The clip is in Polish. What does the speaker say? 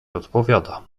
odpowiada